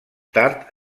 tard